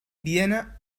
vienna